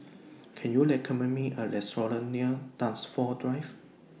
Can YOU recommend Me A Restaurant near Dunsfold Drive